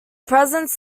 presence